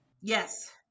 Yes